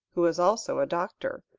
who was also a doctor.